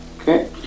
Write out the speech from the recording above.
Okay